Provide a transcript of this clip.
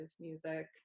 music